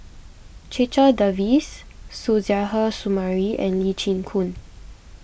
Checha Davies Suzairhe Sumari and Lee Chin Koon